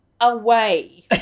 Away